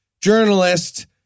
journalist